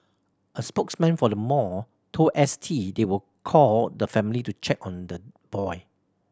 a spokesman for the mall told S T they will call the family to check on the boy